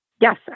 Yes